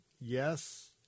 yes